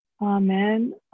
Amen